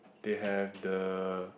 they have the